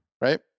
right